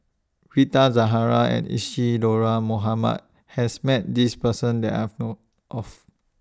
Rita Zahara and Isadhora Mohamed has Met This Person that I've know of